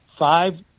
Five